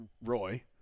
Roy